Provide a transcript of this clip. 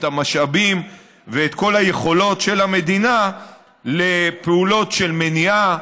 את המשאבים ואת כל היכולות של המדינה לפעולות של מניעה,